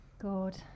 God